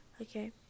okay